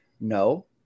No